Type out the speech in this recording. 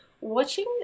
watching